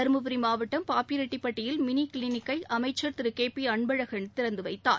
தருமபுரி மாவட்டம் பாப்பிரெட்டிபட்டியில் மினி கிளினிக்கை அமைச்சர் திரு கே பி அன்பழகன் தொடங்கிவைத்தார்